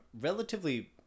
relatively